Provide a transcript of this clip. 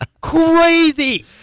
Crazy